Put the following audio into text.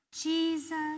Jesus